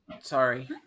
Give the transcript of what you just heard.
sorry